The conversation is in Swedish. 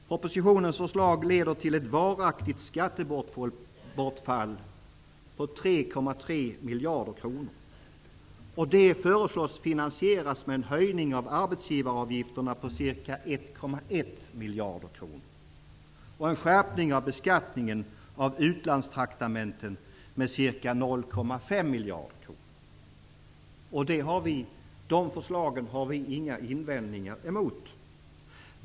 Propositionens förslag leder till ett varaktigt skattebortfall på 3,3 miljarder kronor. Det föreslås finansieras med en höjning av arbetsgivaravgifterna på ca 1,1 miljarder kronor och en skärpning av beskattningen av utlandstraktamenten med ca 0,5 miljarder kronor. De förslagen har vi inga invändningar emot.